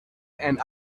and